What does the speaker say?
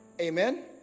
amen